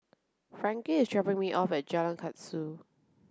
Frankie is dropping me off Jalan Kasau